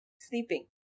sleeping